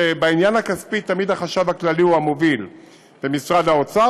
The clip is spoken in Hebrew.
כשבעניין הכספי תמיד החשב הכללי הוא המוביל ומשרד האוצר,